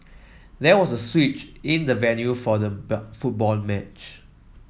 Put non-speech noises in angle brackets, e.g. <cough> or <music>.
there was a switch in the venue for the <unintelligible> football match